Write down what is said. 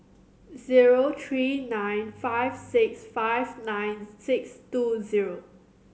zero three nine five six five nine six two zero